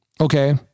Okay